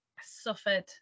suffered